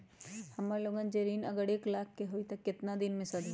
हमन लोगन के जे ऋन अगर एक लाख के होई त केतना दिन मे सधी?